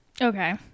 Okay